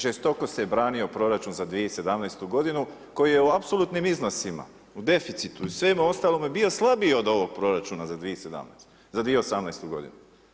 Žestoko se branio proračun za 2017. godinu koji je u apsolutnim iznosima, u deficitu i svemu ovome bio slabiji od ovoga proračuna za 2018. godinu.